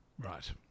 Right